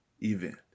event